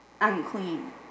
unclean